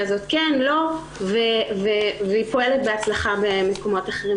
הזאת כן או לא והיא פועלת בהצלחה במקומות אחרים.